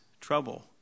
trouble